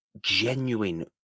genuine